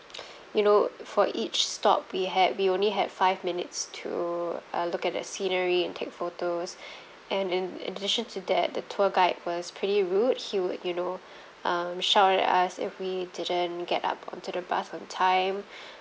you know for each stop we had we only had five minutes to uh look at the scenery and take photos and in addition to that the tour guide was pretty rude he would you know um shout at us if we didn't get up onto the bus on time